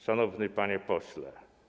Szanowny Panie Pośle!